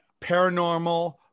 paranormal